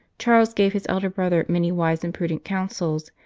charles gave his elder brother many wise and prudent counsels,